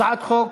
הצעת חוק